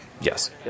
Yes